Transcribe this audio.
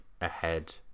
ahead